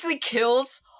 kills